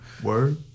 Word